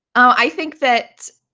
i think that